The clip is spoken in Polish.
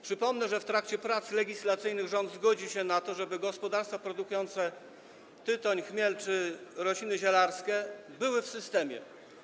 Przypomnę, że w trakcie prac legislacyjnych rząd zgodził się na to, żeby gospodarstwa produkujące tytoń, chmiel czy rośliny zielarskie znalazły się w systemie.